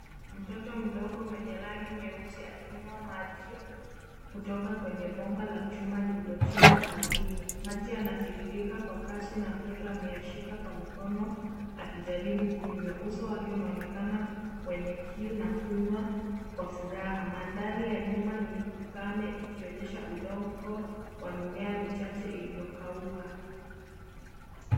Mtoto mdogo mwenye rangi nyeusi akinywa maji kutoka kwenye bomba la chuma lililochimbwa ardhini. Maji yanatiririka kwa kasi na mtoto ameyashika kwa mikono akijaribu kunywa. Uso wake unaonekana wenye kiu na kunywa kwa furaha. Mandhari ya nyuma ni ukame ikionyesha udongo wa mimea michache iliyokauka.